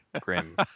Grim